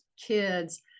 kids